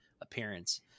appearance